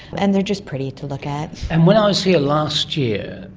and they are just pretty to look at. and when i was here last year,